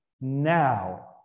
Now